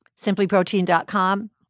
Simplyprotein.com